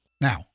Now